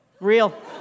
real